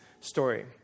story